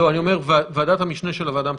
אני אומר: ועדת המשנה של הוועדה המשותפת.